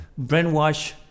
brainwash